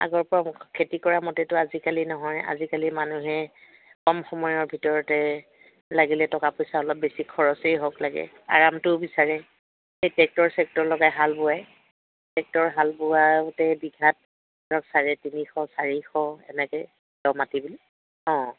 আগৰপৰা খেতি কৰা মতেতো আজিকালি নহয় আজিকালি মানুহে কম সময়ৰ ভিতৰতে লাগিলে টকা পইচা অলপ বেছি খৰচেই হওক লাগে আৰামটোও বিচাৰে এই টেক্টৰ চেক্টৰ লগাই হাল বোৱাই টেক্টৰ হাল বোৱাওতে বিঘাত ধৰক চাৰে তিনিশ চাৰিশ এনেকৈ দ মাটি বুলি অঁ